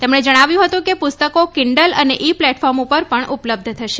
તેમણે જણાવ્યું હતું કે પુસ્તકો કીન્ઠલ અને ઇ પ્લેટફોર્મ ઉપર પણ ઉપબલ્ધ થશે